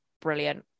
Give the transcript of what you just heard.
brilliant